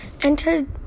entered